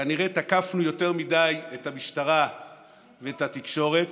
כנראה תקפנו יותר מדי את המשטרה ואת התקשורת,